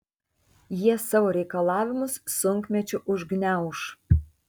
jie savo reikalavimus sunkmečiu užgniauš